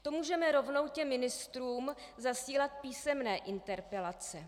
To můžeme rovnou těm ministrům zasílat písemné interpelace.